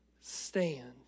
stand